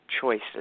choices